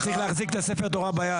היית צריך להחזיק את ספר התורה ביד.